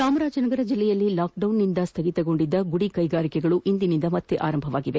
ಚಾಮರಾಜನಗರ ಜೆಲ್ಲೆಯಲ್ಲಿ ಲಾಕ್ಡೌನ್ನಿಂದ ಸ್ಟಗಿತಗೊಂಡಿದ್ದ ಗುಡಿ ಕೈಗಾರಿಕೆಗಳು ಇಂದಿನಿಂದ ಪುನರಾರಂಭಗೊಂಡಿದೆ